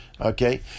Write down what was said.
Okay